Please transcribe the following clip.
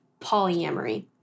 polyamory